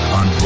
on